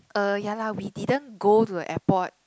uh ya lah we didn't go to the airport